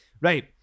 right